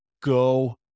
go